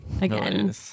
again